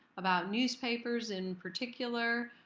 about newspapers in particular,